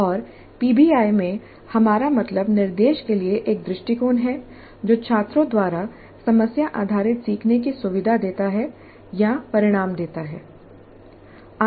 और पीबीआई में हमारा मतलब निर्देश के लिए एक दृष्टिकोण है जो छात्रों द्वारा समस्या आधारित सीखने की सुविधा देता है या परिणाम देता है